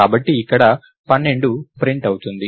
కాబట్టి ఇక్కడ 12 ప్రింట్ అవుతుంది